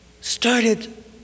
started